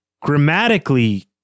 grammatically